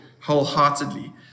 wholeheartedly